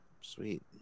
sweet